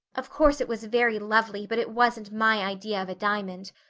of course, it was very lovely but it wasn't my idea of a diamond.